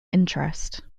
interest